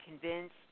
convinced